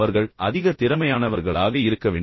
அவர்கள் அதிக திறமையானவர்களாக இருக்க வேண்டும்